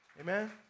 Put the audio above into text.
Amen